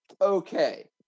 Okay